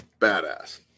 Badass